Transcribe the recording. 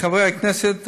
חברי הכנסת,